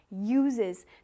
uses